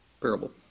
parable